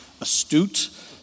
astute